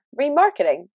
Remarketing